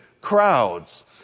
crowds